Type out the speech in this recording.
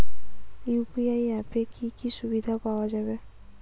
UPI অ্যাপে কি কি সুবিধা পাওয়া যাবে?